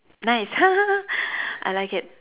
nice I like it